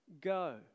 go